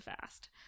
fast